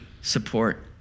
support